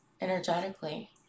energetically